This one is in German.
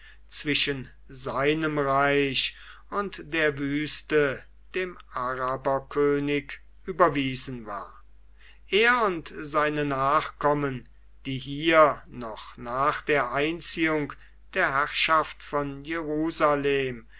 zwischen seinem reich und der wüste dem araberkönig überwiesen war er und seine nachkommen die hier noch nach der einziehung der herrschaft von jerusalem